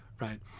right